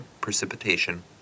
precipitation